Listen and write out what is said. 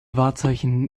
wahrzeichen